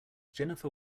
jennifer